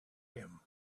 him